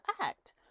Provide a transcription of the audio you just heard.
act